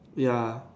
ya